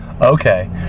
okay